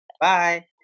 Bye